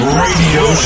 radio